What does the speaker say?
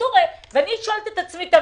אני שואלת עצמי,